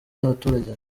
n’abaturage